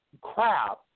crap